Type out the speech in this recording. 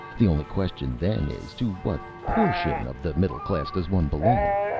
the only question then is to what portion of the middle class does one belong?